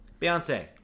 Beyonce